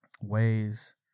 ways